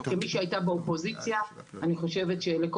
כמי שהייתה באופוזיציה אני חושבת שלכל